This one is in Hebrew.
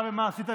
מי אתה ומה עשית?